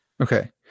Okay